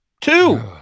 two